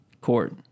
Court